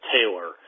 Taylor